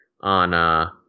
on